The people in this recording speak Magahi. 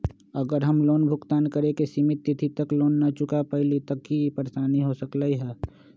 अगर हम लोन भुगतान करे के सिमित तिथि तक लोन न चुका पईली त की की परेशानी हो सकलई ह?